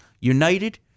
united